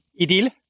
Idil